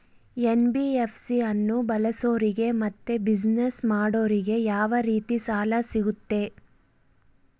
NBFC ಅನ್ನು ಬಳಸೋರಿಗೆ ಮತ್ತೆ ಬಿಸಿನೆಸ್ ಮಾಡೋರಿಗೆ ಯಾವ ರೇತಿ ಸಾಲ ಸಿಗುತ್ತೆ?